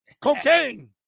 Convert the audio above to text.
Cocaine